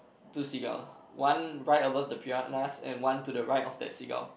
two seagulls one right above the piranhas and one to the right of that seagull